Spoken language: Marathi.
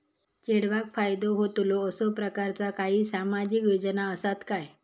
चेडवाक फायदो होतलो असो प्रकारचा काही सामाजिक योजना असात काय?